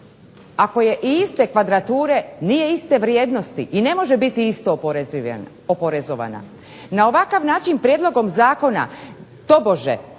ako je i iste kvadrature nije iste vrijednosti i ne može biti isto oporezovana. Na ovakav način prijedlogom zakona tobože